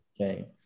Okay